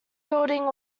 building